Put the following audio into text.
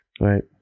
Right